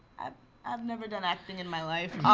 i've never done acting in my life.